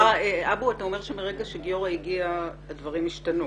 אתה אומר שמרגע שגיורא הגיע, הדברים השתנו.